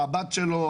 או הבת שלו,